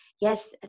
yes